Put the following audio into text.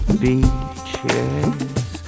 beaches